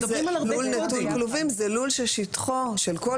לול נטול כלובים הוא לול ששטחו של כל